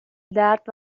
درد